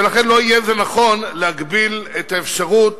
ולכן לא יהיה זה נכון להגביל את האפשרות